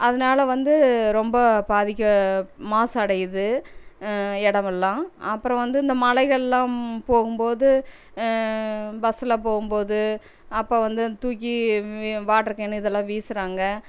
அதனால வந்து ரொம்ப பாதிக்க மாசடையுது இடமெல்லாம் அப்புறம் வந்து இந்த மலைகளெலாம் போகும்போது பஸ்ஸில் போகும்போது அப்போ வந்து தூக்கி வாட்டர் கேனு இதெல்லாம் வீசுகிறாங்க